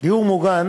דיור מוגן